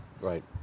right